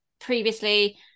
previously